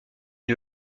est